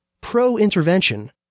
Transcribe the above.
pro-intervention